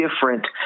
different